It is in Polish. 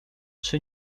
czy